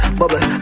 bubble